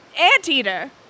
anteater